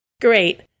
Great